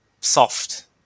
soft